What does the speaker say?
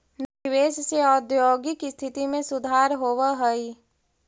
निवेश से औद्योगिक स्थिति में सुधार होवऽ हई